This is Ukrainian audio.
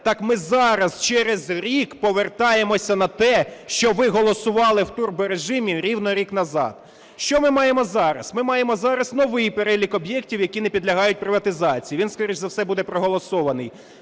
так ми зараз, через рік, повертаємося на те, що ви голосували в турборежимі рівно рік назад. Що ми маємо зараз? Ми маємо зараз новий перелік об'єктів, які не підлягають приватизації, він скоріше за все буде проголосований.